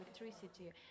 electricity